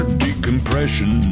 decompression